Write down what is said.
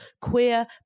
queer